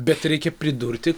bet reikia pridurti